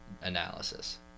analysis